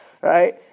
right